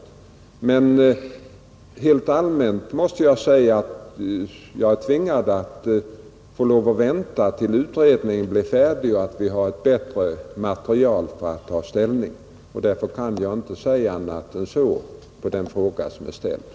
Men helt allmänt måste jag säga att jag är tvingad att vänta tills utredningen blir färdig och vi har ett bättre material för att ta ställning. Därför kan jag inte säga annat än detta med anledning av den fråga som ställts,